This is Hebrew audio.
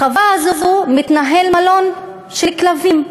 בחווה הזו מתנהל מלון של כלבים.